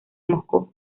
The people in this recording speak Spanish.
moscú